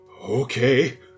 okay